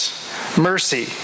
Mercy